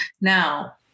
Now